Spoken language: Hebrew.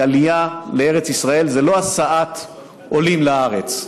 כי עלייה לארץ ישראל זה לא הסעת עולים לארץ,